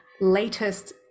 latest